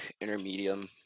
intermediate